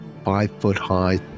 five-foot-high